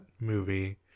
movie